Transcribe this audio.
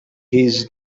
his